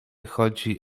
chodzi